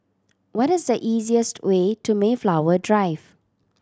what is the easiest way to Mayflower Drive